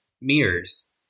mirrors